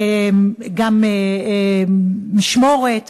גם משמורת,